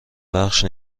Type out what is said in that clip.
بخش